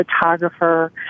photographer